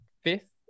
fifth